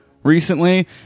Recently